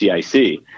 CIC